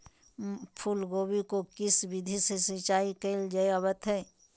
फूलगोभी को किस विधि से सिंचाई कईल जावत हैं?